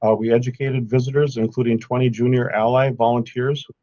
ah we educated visitors including twenty junior ally and volunteers,